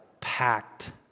packed